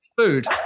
food